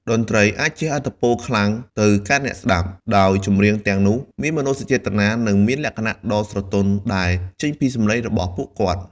តន្រ្តីអាចជះឥទ្ធិពលខ្លាំងទៅកាន់អ្នកស្តាប់ ដោយចម្រៀងទាំងនោះមានមនោសញ្ចេតនានិងមានលក្ខណៈដ៏ស្រទន់ដែលចេញពីសម្លេងរបស់ពួកគាត់។